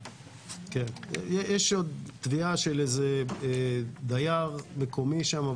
יש עוד תביעה של דייר מקומי שם,